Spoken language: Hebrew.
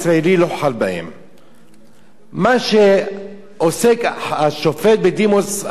מה שעוסק בו השופט בדימוס אדמונד לוי בחודשים האחרונים,